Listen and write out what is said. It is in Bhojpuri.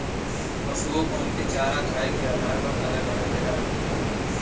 पसुओ को उनके चारा खाए के आधार पर अलग अलग जगह रखल जाला